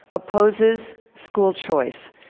opposes school choice,